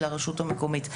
לרשות המקומית?